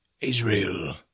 Israel